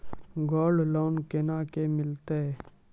Gold loan कोना के मिलते यो?